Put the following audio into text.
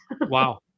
Wow